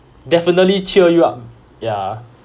definitely cheer you up ya